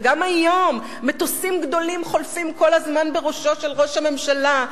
וגם היום מטוסים גדולים חולפים כל הזמן בראשו של ראש הממשלה,